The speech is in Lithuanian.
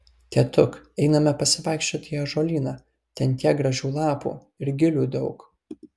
tėtuk einame pasivaikščioti į ąžuolyną ten tiek gražių lapų ir gilių daug